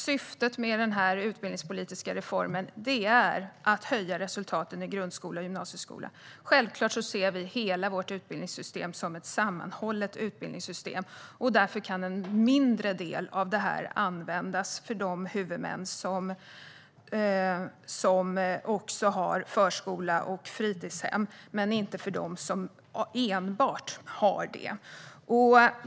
Syftet med denna utbildningspolitiska reform är som sagt att höja resultaten i grundskolan och gymnasieskolan. Självklart ser vi hela vårt utbildningssystem som ett sammanhållet utbildningssystem, och därför kan en mindre del av detta användas för de huvudmän som också har förskola och fritidshem - men inte för dem som enbart har det.